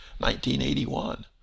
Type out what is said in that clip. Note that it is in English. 1981